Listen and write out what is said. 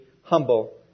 humble